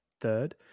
third